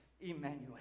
Emmanuel